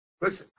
Listen